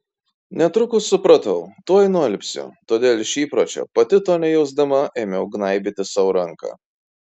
netrukus supratau tuoj nualpsiu todėl iš įpročio pati to nejausdama ėmiau gnaibyti sau ranką